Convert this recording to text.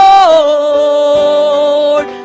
Lord